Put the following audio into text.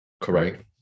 Correct